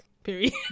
Period